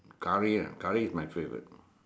curry ah curry is my favourite